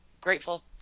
grateful